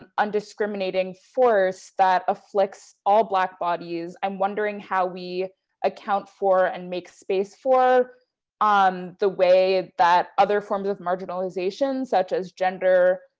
um undiscriminating force that afflicts all black bodies. i'm wondering how we account for and make space for um the way ah that other forms of marginalization such as gender,